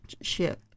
ship